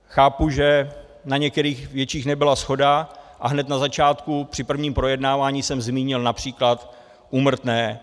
Chápu, že na některých větších nebyla shoda, a hned na začátku při prvním projednávání jsem zmínil například úmrtné.